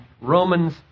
Romans